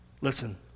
Listen